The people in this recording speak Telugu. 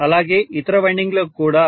అలాగే ఇతర వైండింగ్ లకు కూడా